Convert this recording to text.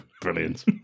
Brilliant